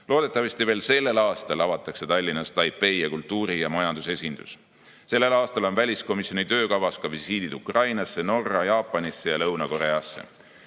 Loodetavasti veel sellel aastal avatakse Tallinnas Taipei kultuuri- ja majandusesindus. Sellel aastal on väliskomisjoni töökavas ka visiidid Ukrainasse, Norra, Jaapanisse ja Lõuna-Koreasse. Riigikogu